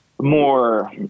more